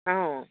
অঁ